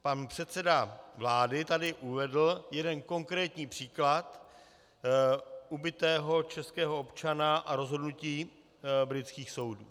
Pan předseda vlády tady uvedl jeden konkrétní příklad ubitého českého občana a rozhodnutí britských soudů.